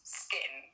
skin